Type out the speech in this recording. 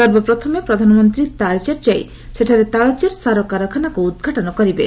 ସର୍ବପ୍ରଥମେ ପ୍ରଧାନମନ୍ତ୍ରୀ ତାଳଚେର ଯାଇ ସେଠାରେ ତାଳଚେର ସାରକାରଖାନାକୁ ଉଦ୍ଘାଟନ କରିବେ